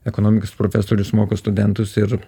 ekonomikos profesorius moko studentus ir